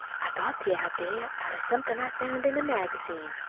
i got the idea out of something i found in a magazine.